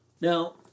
Now